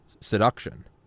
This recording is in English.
seduction